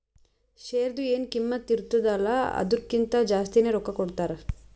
ಶೇರ್ದು ಎನ್ ಕಿಮ್ಮತ್ ಇರ್ತುದ ಅಲ್ಲಾ ಅದುರ್ಕಿಂತಾ ಜಾಸ್ತಿನೆ ರೊಕ್ಕಾ ಕೊಡ್ತಾರ್